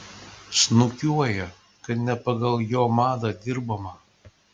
snukiuoja kad ne pagal jo madą dirbama